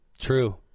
True